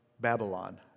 Babylon